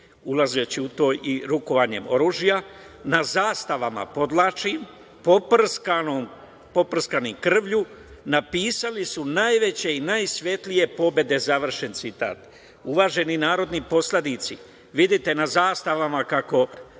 ulazeći u to i rukovanjem oružja, na zastavama, podvlačim, poprskano krvlju, napisali su najveće i najsvetlije pobede. Završen citat. Uvaženi narodni poslanici, vidite na zastavama, kako